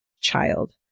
child